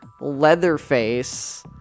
Leatherface